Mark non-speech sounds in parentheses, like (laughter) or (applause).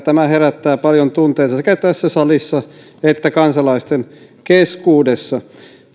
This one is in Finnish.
(unintelligible) tämä herättää paljon tunteita sekä tässä salissa että kansalaisten keskuudessa